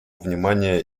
внимание